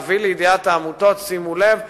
כדי להביא לידיעת העמותות: שימו לב,